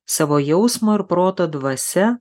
savo jausmo ir proto dvasia